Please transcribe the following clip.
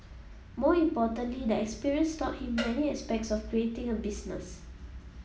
more importantly the experience taught him many aspects of creating a business